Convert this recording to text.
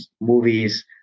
movies